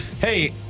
Hey